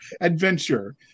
adventure